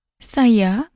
Saya